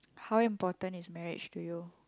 how important is marriage to you